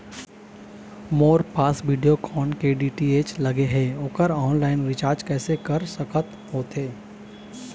मोर पास वीडियोकॉन के डी.टी.एच लगे हे, ओकर ऑनलाइन रिचार्ज कैसे कर सकत होथे?